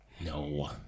No